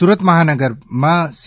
સુરત મહાનગરમાં સી